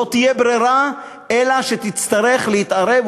לא תהיה ברירה ותצטרך להתערב,